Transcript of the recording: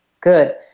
Good